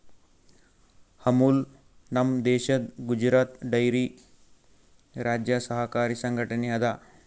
ಅಮುಲ್ ನಮ್ ದೇಶದ್ ಗುಜರಾತ್ ಡೈರಿ ರಾಜ್ಯ ಸರಕಾರಿ ಸಂಘಟನೆ ಅದಾ